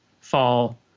fall